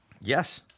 Yes